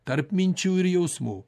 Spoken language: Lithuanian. tarp minčių ir jausmų